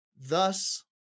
thus